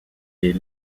des